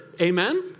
Amen